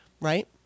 right